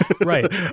Right